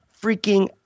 freaking